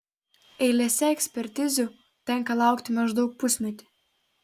eilėse ekspertizių tenka laukti maždaug pusmetį